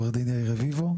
עורך דין יאיר רביבו,